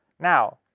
now,